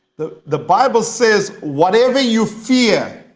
the the bible says whatever you feel